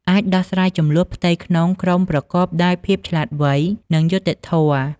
អាចដោះស្រាយជម្លោះផ្ទៃក្នុងក្រុមប្រកបដោយភាពឆ្លាតវៃ និងយុត្តិធម៌។